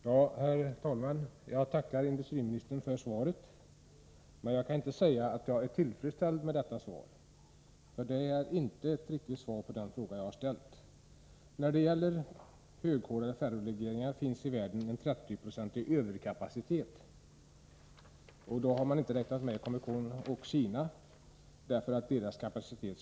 Herr talman! Jag tackar industriministern för svaret på min fråga. Jag kan emellertid inte säga att jag är tillfredsställd med svaret, eftersom det inte riktigt gäller den fråga som jag har framställt. När det gäller högkolade ferrolegeringar finns det i världen en 30 procentig överkapacitet — Comecon och Kina ej medräknade, eftersom vi inte har kännedom om dessa länders kapacitet.